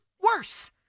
worse